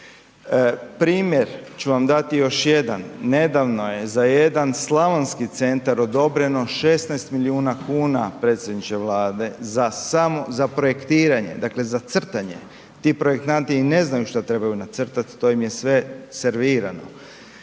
Primjer ću vam dati još jedan, nedavno je za jedan slavonski centar odobreno 16 milijuna kuna predsjedniče Vlade za samo za projektiranje, dakle za crtanje, ti projektanti i ne znaju što trebaju nacrtat, to im je sve servirano,